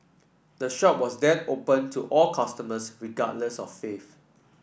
the shop was then opened to all customers regardless of faith